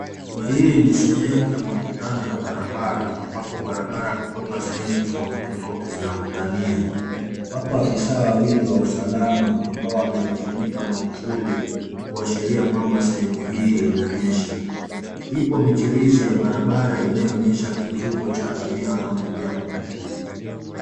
Hii ni sehemu ya makutano ya barabara ambapo barabara kutoka sehemu tofauti tofauti zinakutania. Wapo afisa wawili wa usalama ambao wamejifunika mwavuli kuashiria kwamba sehemu hii inanyesha. Ipo michirizi ya barabara inayoonyesha kivuko cha abiria wanaotembea kwa miguu.